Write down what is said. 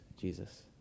Jesus